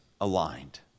aligned